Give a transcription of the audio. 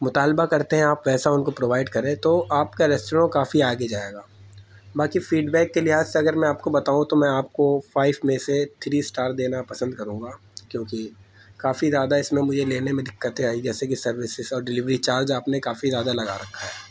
مطالبہ کرتے ہیں آپ ویسا ان کو پرووائڈ کریں تو آپ کا ریسٹوراں کافی آگے جائے گا باقی فیڈ بیک کے لحاظ سے اگر میں آپ کو بتاؤں تو میں آپ کو فائف میں سے تھری اسٹار دینا پسند کروں گا کیونکہ کافی زیادہ اس میں مجھے لینے میں دقتیں آئیں جیسے کہ سروسس اور ڈلیوری چارج آپ نے کافی زیادہ لگا رکھا ہے